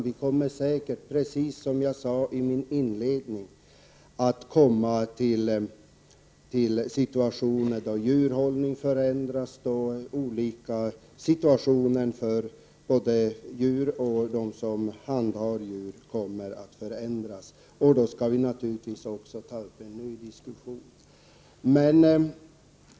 Vi kommer säkert, precis som jag sade i min inledning, att få situationer då djurhållningen förändras och då förhållandena för både djur och dem som handhar djur förändras. Då skall vi naturligtvis ta upp en ny diskussion.